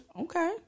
okay